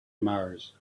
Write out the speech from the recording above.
mars